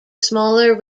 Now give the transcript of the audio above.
smaller